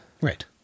Right